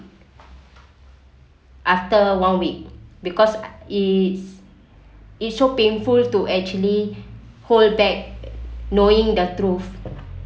after one week because it's it's so painful to actually hold back knowing the truth